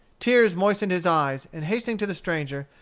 tears moistened his eyes, and hastening to the stranger,